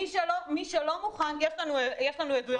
מי שלא מוכן, יש לנו עדויות מהשטח